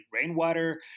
rainwater